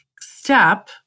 step